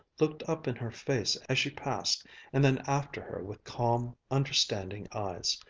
looked up in her face as she passed and then after her with calm, understanding eyes.